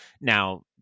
Now